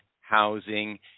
housing